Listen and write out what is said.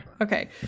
Okay